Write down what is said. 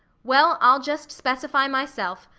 well, i'll just specify myself.